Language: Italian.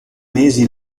mesi